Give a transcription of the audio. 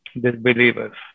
disbelievers